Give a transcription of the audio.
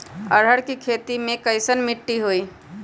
अरहर के खेती मे कैसन मिट्टी होइ?